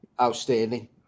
Outstanding